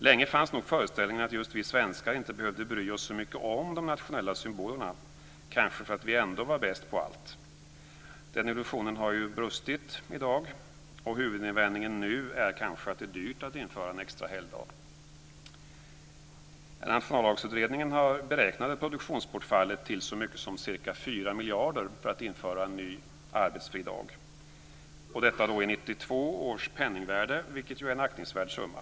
Länge fanns nog föreställningen att just vi svenskar inte behövde bry oss så mycket om de nationella symbolerna, kanske för att vi ändå var bäst på allt. Den illusionen har ju brustit i dag, och huvudinvändningen nu är kanske att det är dyrt att införa en extra helgdag. Nationaldagsutredningen har beräknat produktionsbortfallet till så mycket som ca 4 miljarder i 1992 års penningvärde för att införa en ny arbetsfri dag, vilket ju är en aktningsvärd summa.